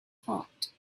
heart